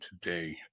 today